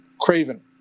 craven